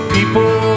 People